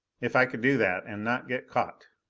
if i could do that and not get caught!